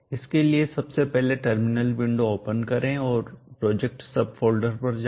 इसके लिए सबसे पहले टर्मिनल विंडो ओपन करें और प्रोजेक्ट सब फोल्डर पर जाएं